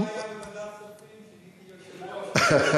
אדוני לא היה בוועדת הכספים כשאני הייתי היושב-ראש.